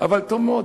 אבל טוב מאוד,